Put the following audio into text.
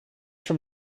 from